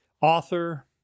Author